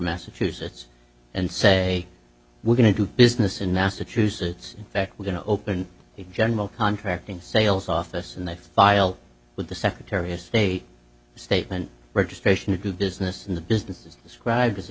massachusetts and say we're going to do business in massachusetts that we're going to open a general contracting sales office and i file with the secretary of state statement registration to do business in the business is described as a